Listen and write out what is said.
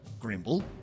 Grimble